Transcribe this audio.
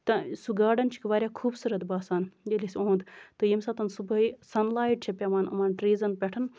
تہٕ سُہ گاڈٕن چھِکھ واریاہ خوٗبصوٗرت باسان ییٚلہِ أسۍ یِہُند تہٕ ییٚمہِ ساتہٕ صبُحٲے سَن لایِٹ چھِ پٮ۪وان یِمَن ٹریٖزَن پٮ۪ٹھ